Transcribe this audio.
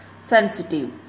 sensitive